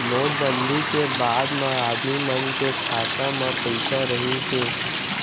note बंदी के बाद म आदमी मन के खाता म पइसा रहिस हे